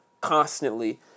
constantly